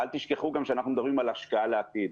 אל תשכחו שאנחנו מדברים גם על שקעה לעתיד,